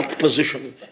position